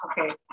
Okay